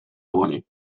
dłoni